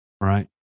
Right